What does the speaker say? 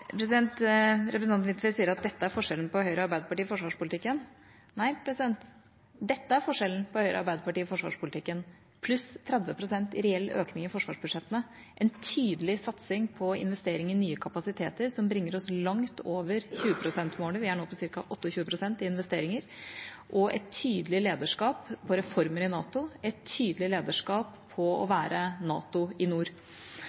Representanten Huitfeldt sier at dette er forskjellen på Høyre og Arbeiderpartiet i forsvarspolitikken. Nei, dette er forskjellen på Høyre og Arbeiderpartiet i forsvarspolitikken: 30 pst. i reell økning i forsvarsbudsjettene, en tydelig satsing på investering i nye kapasiteter, som bringer oss langt over 20-prosentmålet – vi er nå på ca. 28 pst. i investeringer – og et tydelig lederskap for reformer i NATO og et tydelig lederskap på å være NATO i nord.